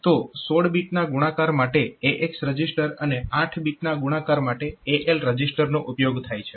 તો 16 બીટના ગુણાકાર માટે AX રજીસ્ટર અને 8 બીટના ગુણાકાર માટે AL રજીસ્ટરનો ઉપયોગ થાય છે